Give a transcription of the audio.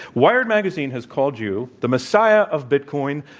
wired magazine has called you, the messiah of bitcoin.